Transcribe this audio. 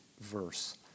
verse